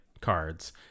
cards